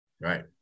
Right